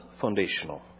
foundational